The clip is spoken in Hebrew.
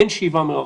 אין שאיבה מרחוק.